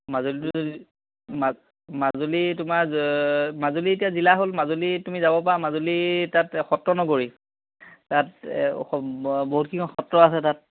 মাজুলিটো মাজুলী তোমাৰ মাজুলী এতিয়া জিলা হ'ল মাজুলী তুমি যাব পাৰা মাজুলী তাত সত্ৰ নগৰী তাত বহুতখিনি সত্ৰ আছে তাত